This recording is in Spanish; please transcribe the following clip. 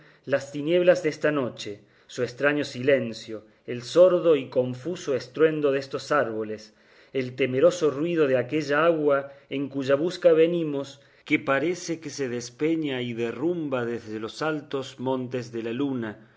las tinieblas desta noche su estraño silencio el sordo y confuso estruendo destos árboles el temeroso ruido de aquella agua en cuya busca venimos que parece que se despeña y derrumba desde los altos montes de la luna